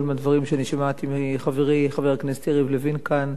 מהדברים ששמעתי מחברי חבר הכנסת יריב לוין כאן,